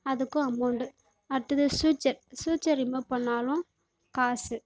அதுக்கும் அமௌண்ட்டு அடுத்தது switch switch remove பண்ணாலும் காசு